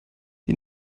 die